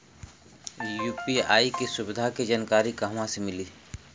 UPI के सुविधा के जानकारी कहवा से मिली?